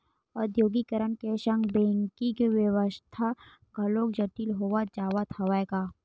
औद्योगीकरन के संग बेंकिग बेवस्था घलोक जटिल होवत जावत हवय गा